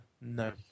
No